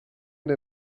der